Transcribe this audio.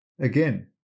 Again